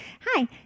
hi